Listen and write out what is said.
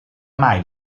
mai